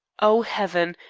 oh, heaven!